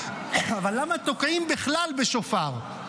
אבל למה תוקעים בכלל בשופר?